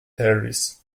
harris